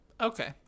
Okay